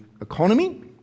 economy